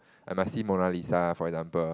I must see Mona Lisa for example